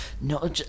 no